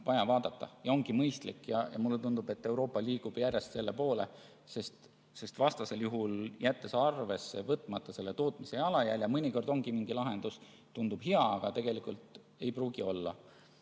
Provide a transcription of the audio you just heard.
vaja vaadata ja see ongi mõistlik. Mulle tundub, et Euroopa liigub järjest enam selle poole, sest vastasel juhul, jättes arvesse võtmata tootmise jalajälje, võib mõnikord tunduda mingi lahendus hea, aga tegelikult ei pruugi olla,